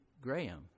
Graham